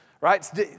right